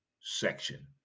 section